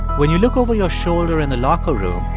when you look over your shoulder in the locker room,